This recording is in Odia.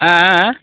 ଆଁ ଆଁ ଆଁ